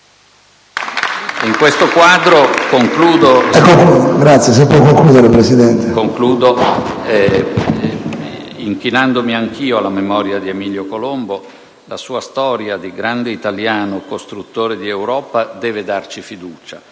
Presidente, inchinandomi anch'io alla memoria di Emilio Colombo: la sua storia di grande italiano costruttore d'Europa deve darci fiducia.